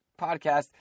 podcast